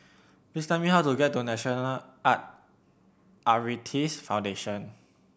please tell me how to get to National Arthritis Foundation